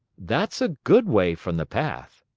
that's a good way from the path.